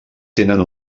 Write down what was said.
tenen